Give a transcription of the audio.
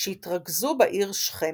שהתרכזו בעיר שכם.